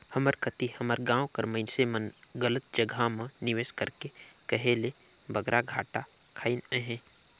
हमर कती हमर गाँव कर मइनसे मन गलत जगहा म निवेस करके कहे ले बगरा घाटा खइन अहें